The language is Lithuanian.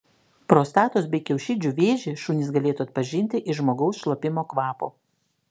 prostatos bei kiaušidžių vėžį šunys galėtų atpažinti iš žmogaus šlapimo kvapo